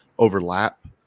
overlap